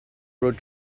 road